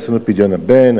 עשינו פדיון הבן,